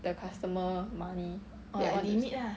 the customer money